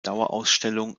dauerausstellung